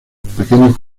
pequeños